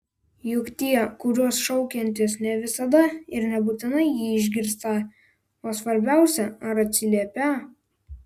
juk tie kuriuos šaukiantis ne visada ir nebūtinai jį išgirstą o svarbiausia ar atsiliepią